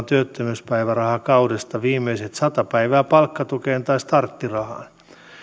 työttömyyspäivärahakaudesta viimeiset sata päivää palkkatukeen tai starttirahaan